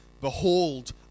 Behold